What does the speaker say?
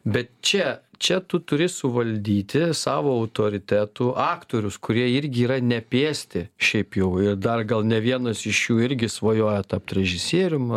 bet čia čia tu turi suvaldyti savo autoritetų aktorius kurie irgi yra nepiesti šiaip jau ir dar gal ne vienas iš jų irgi svajoja tapt režisierium